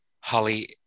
Holly